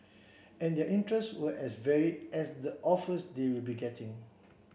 and their interests were as varied as the offers they will be getting